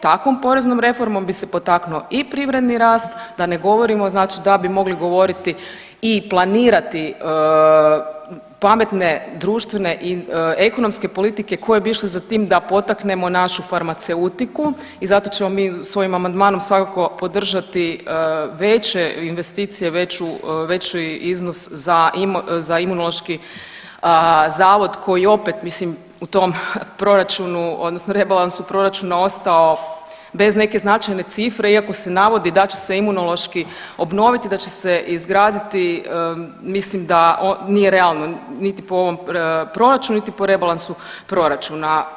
Takvom poreznom reformom bi se potaknuo i privredni rast, da ne govorimo znači da bi mogli govoriti i planirati pametne društvene i ekonomske politike koje bi išle za tim da potaknemo našu farmaceutiku i zato ćemo mi svojim amandmanom svakako podržati veće investicije, veći iznos za Imunološki zavod koji opet, mislim u tom proračunu, odnosno rebalansu proračuna ostao bez neke značajne cifre iako se navodi da će Imunološki obnoviti, da će izgraditi, mislim da nije realno niti po ovom proračunu niti po rebalansu proračuna.